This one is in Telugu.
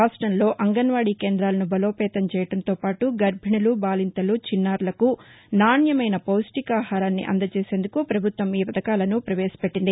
రాష్టంలో అంగన్వాడీ కేందాలను బలోపేతం చేయడంతోపాటు గర్బిణులు బాలింతలు చిన్నారులకు నాణ్యమైన పౌష్టికాహారాన్ని అందచేసేందుకు ప్రభుత్వం ఈపథకాలను ప్రపేశపెట్టింది